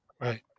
Right